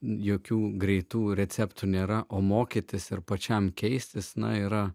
jokių greitų receptų nėra o mokytis ir pačiam keistis na yra